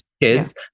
kids